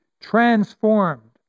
transformed